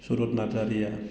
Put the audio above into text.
सुरत नार्जारिया